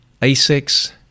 ASICs